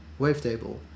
wavetable